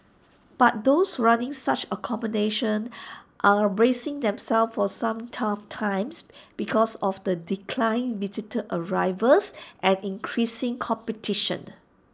but those running such accommodation are bracing themselves for some tough times because of declining visitor arrivals and increasing competition